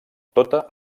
tota